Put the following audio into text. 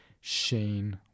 Shane